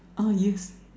uh yes